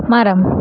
மரம்